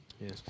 Yes